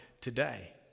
today